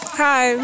hi